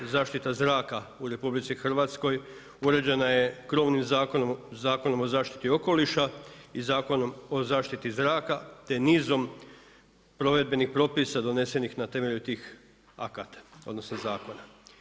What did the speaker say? Zaštita zraka u RH uređena je krovnim zakonom, Zakonom o zaštiti okoliša i Zakonom o zaštiti zraka te nizom provedbenim propisa donesenih na temelju tih akata odnosno zakona.